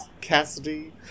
Cassidy